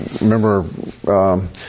remember